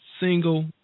single